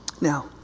Now